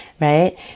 Right